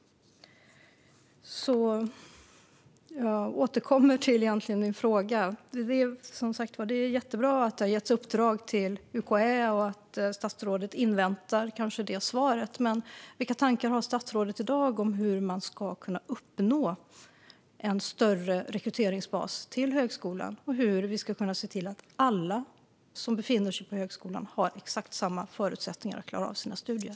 Jag återkommer egentligen till min fråga. Det är, som sagt var, jättebra att det har getts uppdrag till UKÄ och att statsrådet inväntar det svaret. Men vilka tankar har statsrådet i dag om hur man ska kunna uppnå en större rekryteringsbas när det gäller högskolan och hur vi ska kunna se till att alla som befinner sig på högskolan har exakt samma förutsättningar att klara av sina studier?